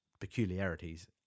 peculiarities